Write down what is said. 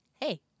Hey